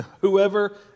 whoever